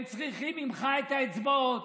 הם צריכים ממך את האצבעות,